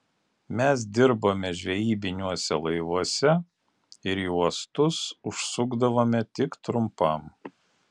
mes dirbome žvejybiniuose laivuose ir į uostus užsukdavome tik trumpam